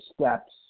steps